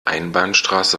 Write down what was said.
einbahnstraße